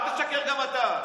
אל תשקר גם אתה.